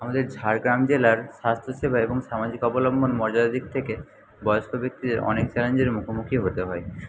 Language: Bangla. আমাদের ঝাড়গ্রাম জেলার স্বাস্থ্যসেবা এবং সামাজিক অবলম্বন মর্যাদার দিক থেকে বয়স্ক ব্যক্তিদের অনেক চ্যালেঞ্জের মুখোমুখি হতে হয়